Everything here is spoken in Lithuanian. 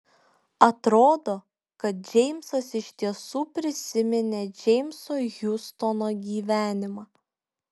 atrodo kad džeimsas iš tiesų prisiminė džeimso hiustono gyvenimą